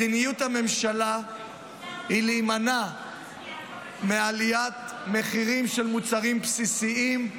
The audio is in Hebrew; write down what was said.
מדיניות הממשלה היא להימנע מעליית מחירים של מוצרים בסיסיים,